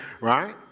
right